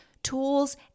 tools